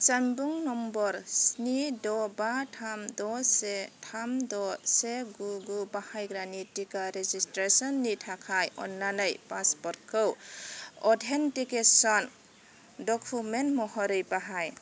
जानबुं नम्बर स्नि द' बा थाम द' से थाम द' से गु गु बाहायग्रानि टिका रेजिसट्रेसननि थाखाय अन्नानै पासप'र्टखौ अथेन्टिकेसन डकुमेन्ट महरै बाहाय